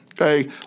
Okay